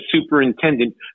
superintendent